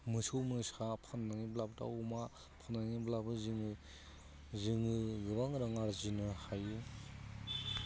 मोसौ मोसा फाननानैब्लाबो दाउ अमा फाननानैब्लाबो जोङो जोङो गोबां रां आरजिनो हायो